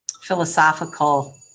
philosophical